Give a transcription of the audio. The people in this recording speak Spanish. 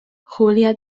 julia